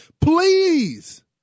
please